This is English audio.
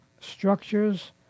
structures